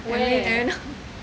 I don't I don't know